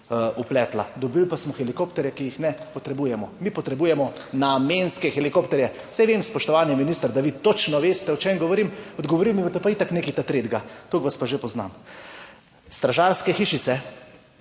vpletla, dobili pa smo helikopterje, ki jih ne potrebujemo. Mi potrebujemo namenske helikopterje. Saj vem, spoštovani minister, da vi točno veste o čem govorim, odgovoril mi boste pa itak nekaj tretjega. Toliko vas pa že poznam. Stražarske hišice,